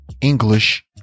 English